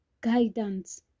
guidance